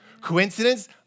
Coincidence